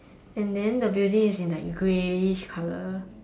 and then the building is like in grayish color